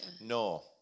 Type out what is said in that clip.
No